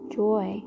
joy